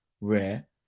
rare